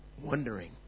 Wondering